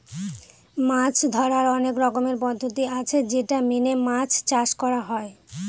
মাছ ধরার অনেক রকমের পদ্ধতি আছে যেটা মেনে মাছ চাষ করা হয়